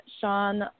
Sean